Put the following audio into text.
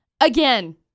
again